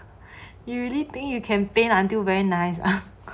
you really think you can paint until very nice ah